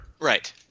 Right